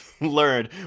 learned